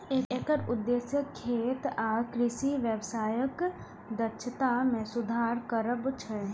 एकर उद्देश्य खेत आ कृषि व्यवसायक दक्षता मे सुधार करब छै